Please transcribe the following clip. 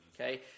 Okay